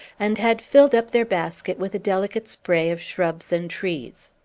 and had filled up their basket with the delicate spray of shrubs and trees.